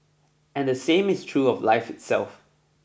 and the same is true of life itself